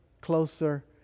closer